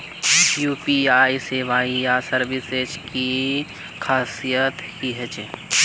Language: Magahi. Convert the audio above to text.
यु.पी.आई सेवाएँ या सर्विसेज की खासियत की होचे?